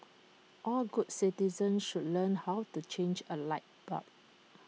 all good citizens should learn how to change A light bulb